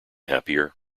happier